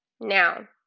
Now